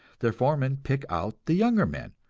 their foremen pick out the younger men,